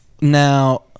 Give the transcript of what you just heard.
Now